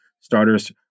starters